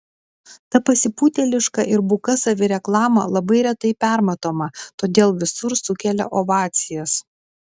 ta pasipūtėliška ir buka savireklama labai retai permatoma todėl visur sukelia ovacijas